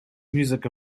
music